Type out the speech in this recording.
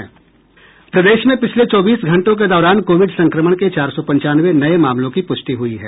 प्रदेश में पिछले चौबीस घंटों के दौरान कोविड संक्रमण के चार सौ पंचानवे नये मामलों की पुष्टि हुई है